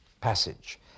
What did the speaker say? passage